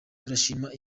turashima